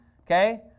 Okay